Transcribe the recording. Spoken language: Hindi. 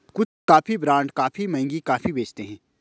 कुछ कॉफी ब्रांड काफी महंगी कॉफी बेचते हैं